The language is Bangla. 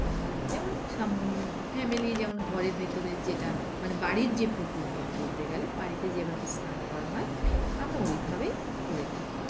আমরা যেমন সামন ফ্যামিলি যেমন ঘরের ভেতরে যেটা মানে বাড়ির যে পুকুর মেইন বলতে গেলে বাড়িতে যেভাবে স্নান করা হয় আমরা ওইভাবেই করে থাকি